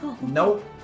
Nope